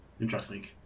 Interesting